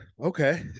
Okay